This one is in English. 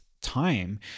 time